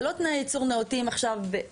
זה לא תנאי ייצור נאותים כאמירה.